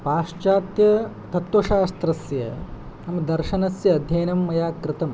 पाश्चात्यतत्वशास्त्रस्य नाम दर्शनस्य अध्ययनं मया कृतं